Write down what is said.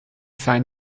find